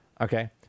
Okay